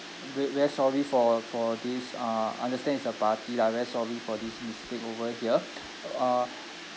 ver~ very sorry for for this uh understand it's a party lah very sorry for this mistake over here uh